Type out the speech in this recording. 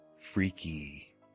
freaky